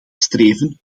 streven